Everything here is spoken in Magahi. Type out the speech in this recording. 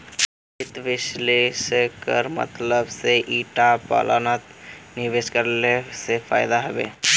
वित्त विश्लेषकेर मतलब से ईटा प्लानत निवेश करले से फायदा हबे